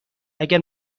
اگر